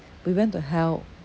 we went to help